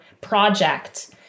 project